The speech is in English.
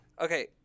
okay